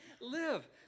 live